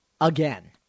again